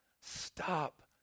Stop